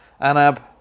Anab